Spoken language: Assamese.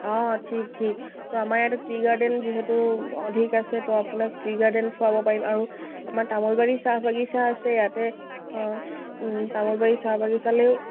অঁ ঠিক ঠিক ত' আমাৰ ইয়াতে টি গাৰ্ডেন যিহেতু অধিক আছে ত' আপোনাক টি গাৰ্ডেন ফুৱাব পাৰিম আৰু আমাৰ তামোলবাৰী চাহ বাগিচা আছে ইয়াতে তামোলবাৰী চাহ বাগিচালেও